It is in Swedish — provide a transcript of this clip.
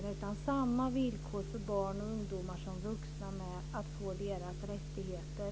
Det ska gälla samma villkor för barn och ungdomar som för vuxna för att de ska få sina rättigheter.